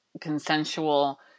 consensual